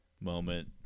moment